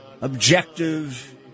objective